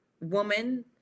woman